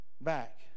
back